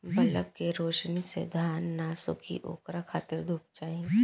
bulb के रौशनी से धान न सुखी ओकरा खातिर धूप चाही